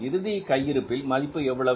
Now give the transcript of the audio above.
இறுதி கையிருப்பில் மதிப்பு எவ்வளவு